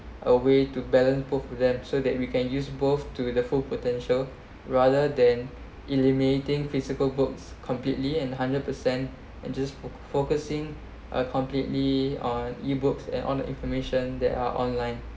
a way to balance both of them so that we can use both to the full potential rather than eliminating physical books completely and hundred per cent and just for focusing a completely on ebooks and all the information that are online